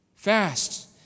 Fast